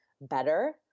better